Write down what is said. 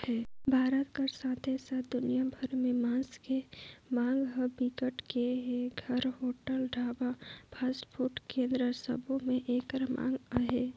भारत कर साथे साथ दुनिया भर में मांस के मांग ह बिकट के हे, घर, होटल, ढाबा, फास्टफूड केन्द्र सबो में एकर मांग अहे